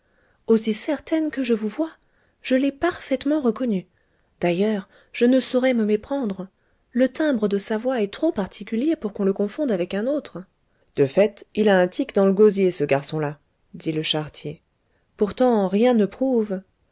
aussi certaine que je vous vois je l'ai parfaitement reconnu d'ailleurs je ne saurais me méprendre le timbre de sa voix est trop particulier pour qu'on le confonde avec un autre de fait il a un tic dans l'gosier ce garçon-là dit le charretier pourtant rien ne prouve